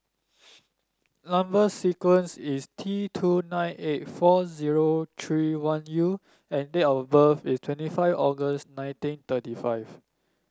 number sequence is T two nine eight four zero three one U and date of birth is twenty five August nineteen thirty five